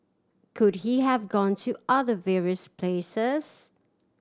could he have gone to other various places